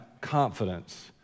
confidence